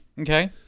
Okay